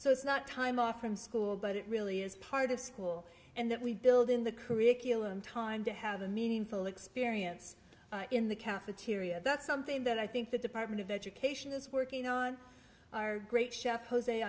so it's not time off from school but it really is part of school and that we build in the curriculum time to have a meaningful experience in the cafeteria and that's something that i think the department of education is working on our great chef jose